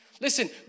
Listen